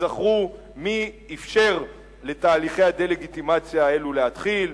תיזכרו מי אפשר לתהליכי הדה-לגיטימציה האלו להתחיל,